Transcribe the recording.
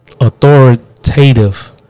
Authoritative